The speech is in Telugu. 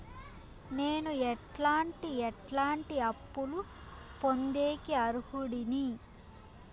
నేను ఎట్లాంటి ఎట్లాంటి అప్పులు పొందేకి అర్హుడిని?